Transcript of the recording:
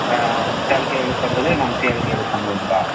ஆ சித்தாளுக்கு ஏழ்நூற்றம்பது மம்முட்டி ஆளுக்கும் ஏழ்நூற்றம்பதுங்களா